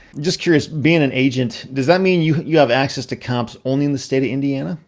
just curious, being an agent, does that mean you you have access to comps only in the state of indiana?